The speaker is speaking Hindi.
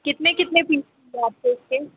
कितनी कितनी पीस चाहिए आपको उसके